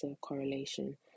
correlation